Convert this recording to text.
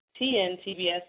TNTBS